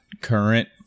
current